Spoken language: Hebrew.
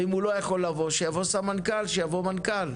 ואם הוא לא יכול לבוא שיבוא סמנכ"ל, שיבוא מנכ"ל.